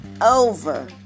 over